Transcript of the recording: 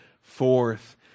forth